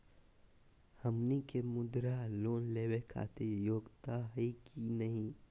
हमनी के मुद्रा लोन लेवे खातीर योग्य हई की नही?